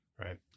right